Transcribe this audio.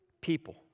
people